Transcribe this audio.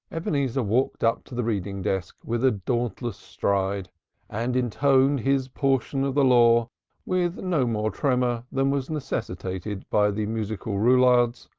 ebenezer walked up to the reading desk with a dauntless stride and intoned his portion of the law with no more tremor than was necessitated by the musical roulades,